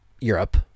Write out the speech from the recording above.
Europe